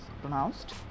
pronounced